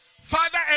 Father